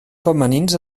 femenins